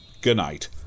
goodnight